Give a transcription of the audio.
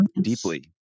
deeply